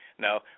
No